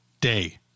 Day